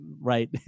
right